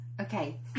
Okay